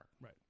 Right